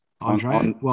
andre